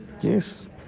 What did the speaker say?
Yes